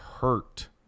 hurt